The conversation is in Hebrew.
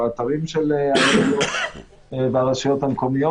באתרים של הרבנויות ברשויות המקומיות.